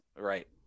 Right